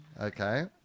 Okay